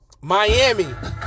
Miami